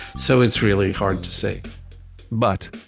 so it's really hard to say but,